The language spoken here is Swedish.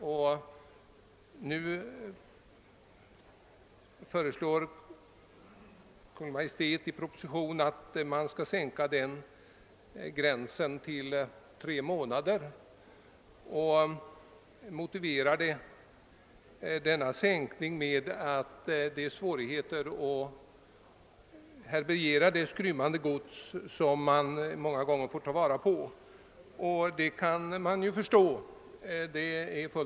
Kungl. Maj:t föreslår nu i proposition 160 att tiden skall sänkas ytterligare till tre månader. Sänkningen motiveras med svårigheterna att härbärgera det skrymmande gods man många gånger får ta vara på. Detta motiv är förståeligt.